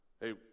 Hey